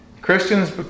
Christians